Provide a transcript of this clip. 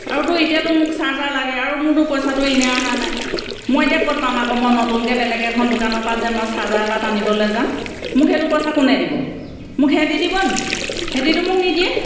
আৰুতো এতিয়াতো মোক চাৰ্জাৰ লাগে আৰু মোৰতো পইচাটো ইনে অহা নাই মই এতিয়া ক'ত পাম আকৌ মই নতুনকে বেলেগ এখন দোকানৰ পৰা যে মই চাৰ্জাৰ এপাত আনিবলে যাম মোক সেইটো পইচা কোনোই দিব মোক সেহেতি দিব নি সিহঁতিটো মোক নিদিয়ে